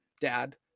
dad